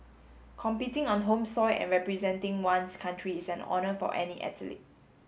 competing on home soil and representing one's country is an honour for any athlete